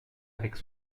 avec